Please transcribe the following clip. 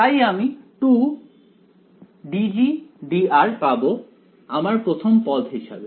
তাই আমি 2 পাব আমার প্রথম পদ হিসাবে